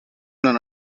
non